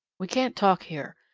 we can't talk here.